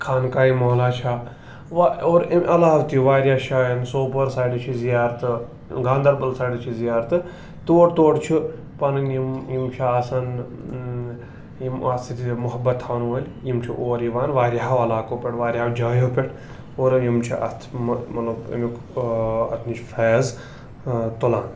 خانقاہِ مولیٰ چھا اور اَمہِ علاوٕ تہِ واریاہ جایَن سوپور سایڈٕ چھِ زیارتہٕ گاندربل سایڈٕ چھِ زیارتہٕ تور تور چھُ پَنٕنۍ یِم یِم چھِ آسان یِم اَتھ سۭتۍ محبت تھاوان وٲلۍ یِم چھِ اور یِوان واریاہو علاقو پٮ۪ٹھ واریَہو جایو پٮ۪ٹھ اور یِم چھِ اَتھ مہ مطلب اَمیُک اَتھ نِش فیض تُلان